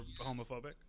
homophobic